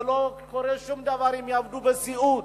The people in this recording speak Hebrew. לא קורה שום דבר אם יעבדו בסיעוד,